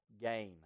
game